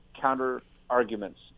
counter-arguments